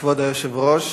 כבוד היושב-ראש,